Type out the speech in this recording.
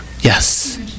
Yes